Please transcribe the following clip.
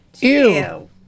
Ew